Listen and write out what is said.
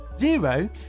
Zero